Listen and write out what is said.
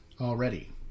already